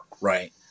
Right